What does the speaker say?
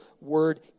word